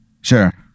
sure